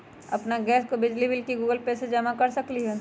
अपन गैस और बिजली के बिल गूगल पे से जमा कर सकलीहल?